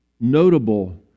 notable